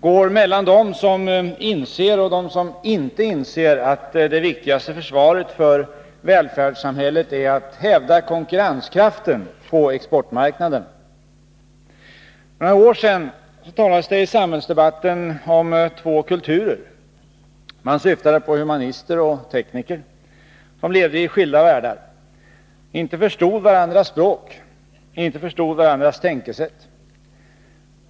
går mellan dem som inser och dem som inte inser att det viktigaste försvaret för välfärdssamhället är att hävda konkurrenskraften på exportmarknaderna. För några år sedan talades det i samhällsdebatten om två kulturer. Man syftade på humanister och tekniker, som levde i skilda världar, inte förstod varandras språk, inte förstod varandras tänkesätt.